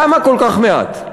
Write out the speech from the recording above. למה כל כך מעט?